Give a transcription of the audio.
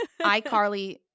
iCarly